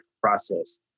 process